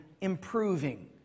improving